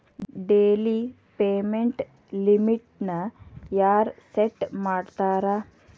daily payment ಲಿಮಿಟ್ನ ಯಾರ್ set ಮಾಡ್ತಾರಾ